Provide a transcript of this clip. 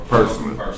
Personally